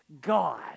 God